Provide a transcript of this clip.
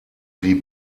wie